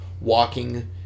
walking